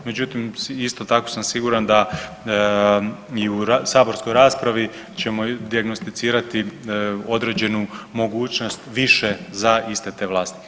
Međutim, isto tako sam siguran da i u saborskoj raspravi ćemo dijagnosticirati određenu mogućnost više za iste te vlasnike.